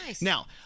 Now